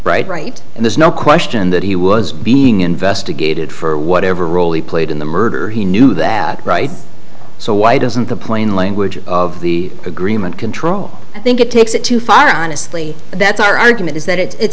right right and there's no question that he was being investigated for whatever role he played in the murder he knew that right so why doesn't the plain language of the agreement control i think it takes it too far honestly that's our argument is that it